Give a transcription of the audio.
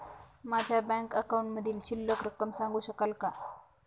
माझ्या बँक अकाउंटमधील शिल्लक रक्कम सांगू शकाल का?